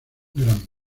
grammy